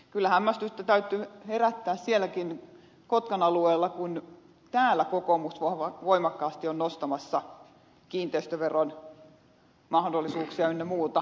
kyllä hämmästystä täytyy herättää sielläkin kotkan alueella se kun täällä kokoomus voimakkaasti on nostamassa kiinteistöveron mahdollisuuksia ynnä muuta